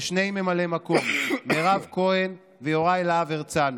ושני ממלאי מקום: מירב כהן ויוראי להב הרצנו,